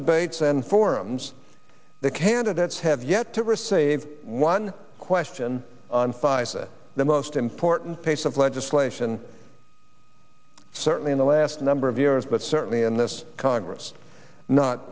debates and forums the candidates have yet to receive one question on pfizer the most important piece of legislation certainly in the last number of years but certainly in this congress not